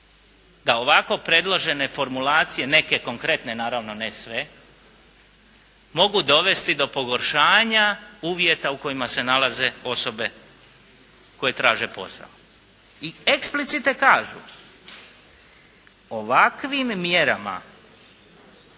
da ovako predložene formulacije neke konkretne, naravno ne sve mogu dovesti do pogoršanja uvjeta u kojima se nalaze osobe koje traže posao. I explicite kažu ovakvim mjerama